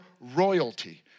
royalty